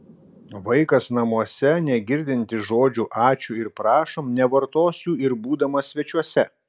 vaikas namuose negirdintis žodžių ačiū ir prašom nevartos jų ir būdamas svečiuose